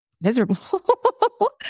miserable